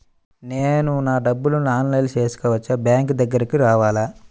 నేను నా డబ్బులను ఆన్లైన్లో చేసుకోవచ్చా? బ్యాంక్ దగ్గరకు రావాలా?